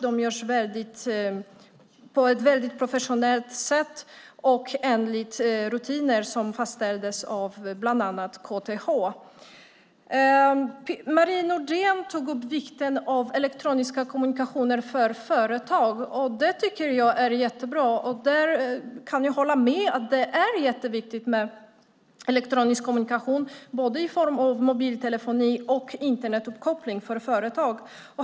De görs på ett väldigt professionellt sätt enligt rutiner som har fastställts av KTH bland annat. Marie Nordén tog upp vikten av elektroniska kommunikationer för företag. Det tycker jag är jättebra. Jag kan hålla med om att det är jätteviktigt med elektronisk kommunikation i form av både mobiltelefoni och Internetuppkoppling för företag.